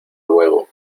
luego